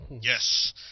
Yes